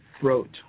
throat